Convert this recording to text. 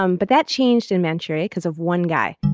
um but that changed in manchuria because of one guy.